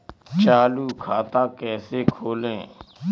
चालू खाता कैसे खोलें?